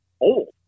old